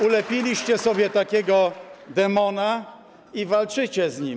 Ulepiliście sobie takiego demona i walczycie z nim.